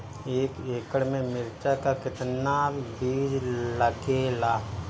एक एकड़ में मिर्चा का कितना बीज लागेला?